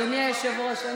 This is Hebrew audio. אדוני היושב-ראש,